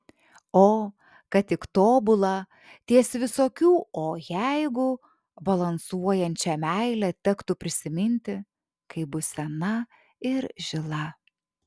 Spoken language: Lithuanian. o kad tik tobulą ties visokių o jeigu balansuojančią meilę tektų prisiminti kai bus sena ir žila